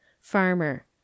Farmer